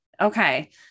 Okay